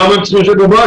למה הם צריכים לשבת בבית?